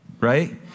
right